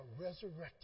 resurrected